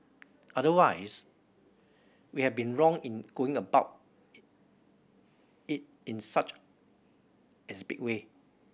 otherwise we have been wrong in going about it in such as big way